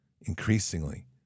increasingly